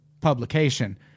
publication